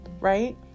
right